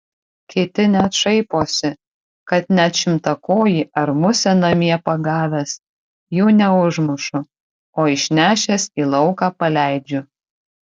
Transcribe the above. kiti net šaiposi kad net šimtakojį ar musę namie pagavęs jų neužmušu o išnešęs į lauką paleidžiu